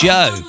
Joe